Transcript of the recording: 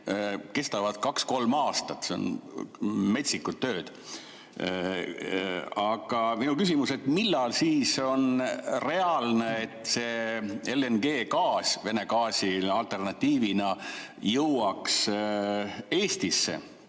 kestavad kaks-kolm aastat, need on metsikud tööd. Aga minu küsimus: millal siis on reaalne, et see LNG Vene gaasi alternatiivina jõuaks Eestisse?